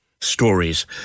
stories